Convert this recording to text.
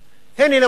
הנה, למשל,